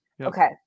okay